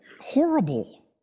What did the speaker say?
Horrible